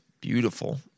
beautiful